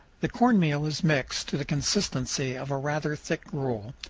the corn meal is mixed to the consistency of a rather thick gruel,